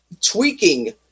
tweaking